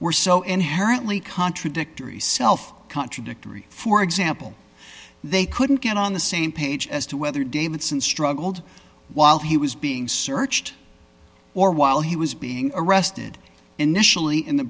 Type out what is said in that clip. were so inherently contradictory self contradictory for example they couldn't get on the same page as to whether davidson struggled while he was being searched or while he was being arrested initially in the